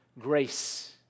grace